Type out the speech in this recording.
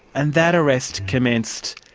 and that arrest commenced